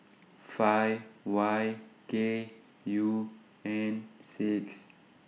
five Y K U N six